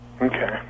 Okay